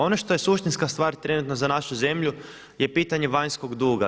Ono što je suštinska stvar trenutno za našu zemlju je pitanje vanjskog duga.